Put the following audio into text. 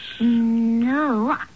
No